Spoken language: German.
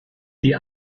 die